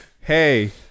Hey